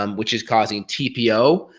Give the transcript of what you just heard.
um which is causing tpo,